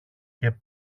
και